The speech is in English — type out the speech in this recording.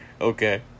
Okay